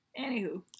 Anywho